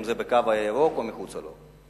אם ב"קו הירוק" או מחוצה לו.